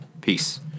Peace